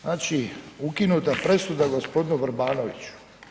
Znači, ukinuta presuda gospodinu Vrbanoviću.